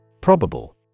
Probable